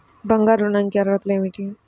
బంగారు ఋణం కి అర్హతలు ఏమిటీ?